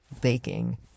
baking